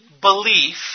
belief